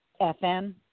FM